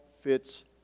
fits